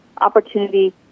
opportunity